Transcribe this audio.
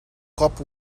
cop